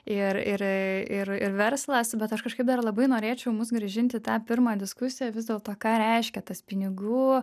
ir ir ir ir verslas bet aš kažkaip dar labai norėčiau mus grąžint į tą pirmą diskusiją vis dėlto ką reiškia tas pinigų